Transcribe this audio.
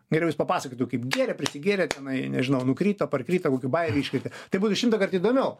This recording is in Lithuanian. geriau jis papasakotų kaip gėrė prisigėrė tenai nežinau nukrito parkrito kokių bajerių iškrėtė tai būtų šimtąkart įdomiau